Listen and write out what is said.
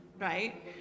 right